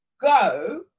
go